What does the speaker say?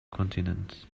kontinent